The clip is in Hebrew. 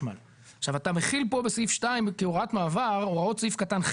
לחשמל ישפיע על אכיפת עבירות תכנון ובנייה.